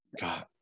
God